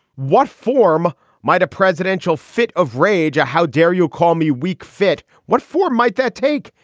what form might a presidential fit of rage? ah how dare you call me weak fit? what form might that take?